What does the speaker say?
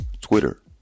Twitter